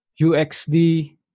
uxd